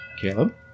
Caleb